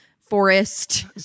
forest